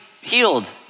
healed